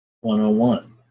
one-on-one